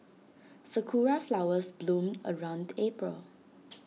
Sakura Flowers bloom around April